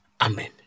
Amen